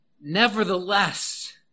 Nevertheless